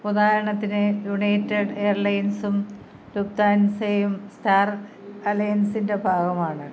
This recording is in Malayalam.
ഉദാഹരണത്തിന് യുണൈറ്റഡ് എയർലൈൻസും ലുഫ്താൻസയും സ്റ്റാർ അലയൻസിന്റെ ഭാഗമാണ്